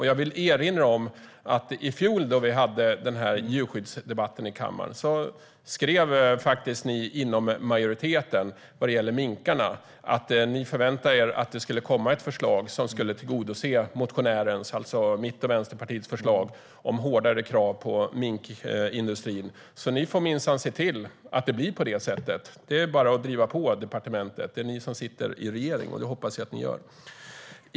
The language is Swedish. Jag vill erinra om att i fjol när vi hade den här djurskyddsdebatten i kammaren skrev ni inom majoriteten vad gäller minkarna att ni förväntade er att det skulle komma ett förslag som skulle tillgodose motionärens, alltså mitt och Vänsterpartiets, förslag om hårdare krav på minkindustrin. Ni får alltså minsann se till att det blir på det sättet. Det är bara att driva på det på departementet. Jag hoppas att ni gör det, för det är ni som sitter i regering.